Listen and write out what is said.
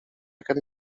aquela